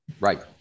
Right